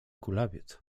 kulawiec